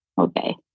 Okay